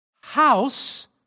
House